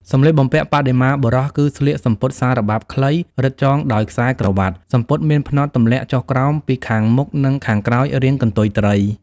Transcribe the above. សម្លៀកបំពាក់បដិមាបុរសគឺស្លៀក សំពត់សារបាប់ខ្លី រឹតចងដោយខ្សែក្រវាត់ សំពត់មានផ្នត់ទម្លាក់ចុះក្រោមពី ខាងមុខ និង ខាងក្រោយរាងកន្ទុយត្រី។